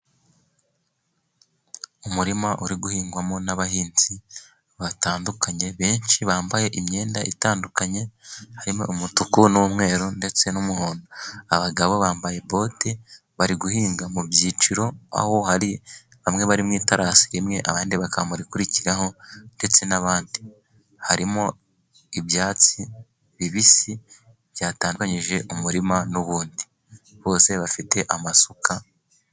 Umurima uri guhingwamo n'abahinzi batandukanye, benshi bambaye imyenda itandukanye harimo umutuku n'umweru, ndetse n'umuhondo, abagabo bambaye bote bari guhinga mu byiciro, aho hari bamwe bari mu itarasi rimwe abandi bakaba mu rikurikiraho ndetse n'abandi, harimo ibyatsi bibisi byatandukanyije umurima n'ubundi, bose bafite amasuka.